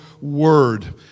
word